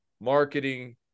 marketing